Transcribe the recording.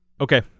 Okay